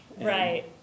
Right